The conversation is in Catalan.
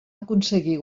aconseguir